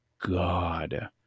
God